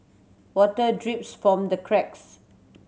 water drips from the cracks